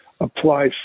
apply